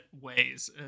ways